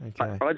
Okay